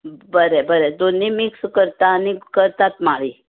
बरें बरें दोनूय मिक्स करता आनी करतात माळी